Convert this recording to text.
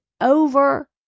over